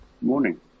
Morning